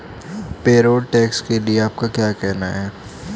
Payroll tax के लिए आपका क्या कहना है?